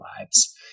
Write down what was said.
lives